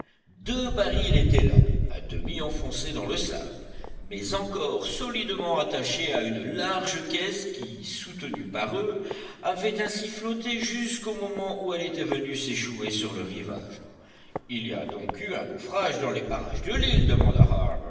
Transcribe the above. deux barils étaient là à demi enfoncés dans le sable mais encore solidement attachés à une large caisse qui soutenue par eux avait ainsi flotté jusqu'au moment où elle était venue s'échouer sur le rivage il y a donc eu un naufrage dans les parages de l'île demanda